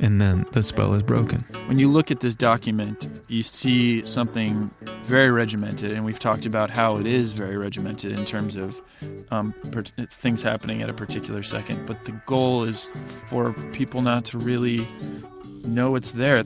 and then the spell is broken. when you look at this document you see something very regimented. and we've talked about how it is very regimented in terms of um things happening at a particular second. but the goal is for people not to really know its there.